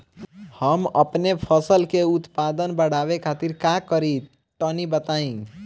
हम अपने फसल के उत्पादन बड़ावे खातिर का करी टनी बताई?